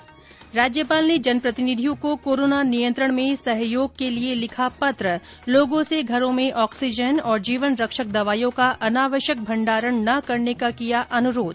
ं राज्यपाल ने जनप्रतिनिधियों को कोरोना नियंत्रण में सहयोग करने के लिए लिखा पत्र लोगों से घरों में ऑक्सीजन और जीवन रक्षक दवाइयों का अनावश्यक भण्डारण न करने का किया अनुरोध